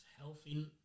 Healthy